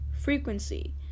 frequency